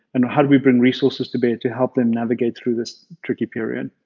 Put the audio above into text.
and how do we bring resources to bear to help them navigate through this tricky period?